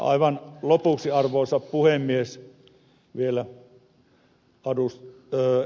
aivan lopuksi arvoisa puhemies vielä ed